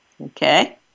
Okay